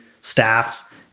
staff